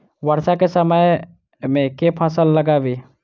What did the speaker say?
वर्षा केँ समय मे केँ फसल लगाबी?